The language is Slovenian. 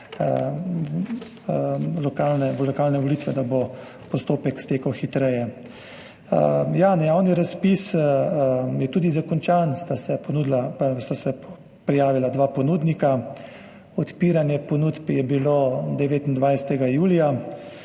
lokalne volitve, postopek stekel hitreje. Ja, javni razpis je tudi dokončan, prijavila sta se dva ponudnika. Odpiranje ponudb je bilo 29. julija,